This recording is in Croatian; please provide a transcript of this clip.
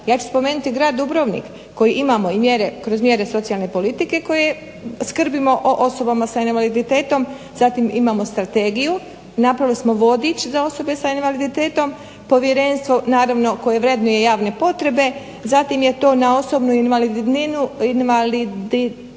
Ja ću spomenuti Grad Dubrovnik koji imamo i kroz mjere socijalne politike koje skrbimo o osobama sa invaliditetom, zatim imamo strategiju, napravili smo vodič za osobe s invaliditetom, povjerenstvo naravno koje vrednuje javne potrebe. Zatim je to na osobnu invalidninu